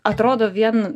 atrodo vien